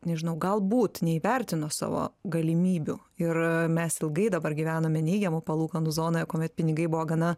nežinau galbūt neįvertino savo galimybių ir mes ilgai dabar gyvenome neigiamų palūkanų zonoj kuomet pinigai buvo gana